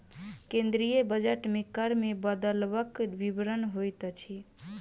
केंद्रीय बजट मे कर मे बदलवक विवरण होइत अछि